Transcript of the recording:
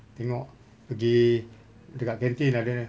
tengok pergi dekat kantin ada